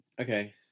Okay